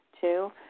Two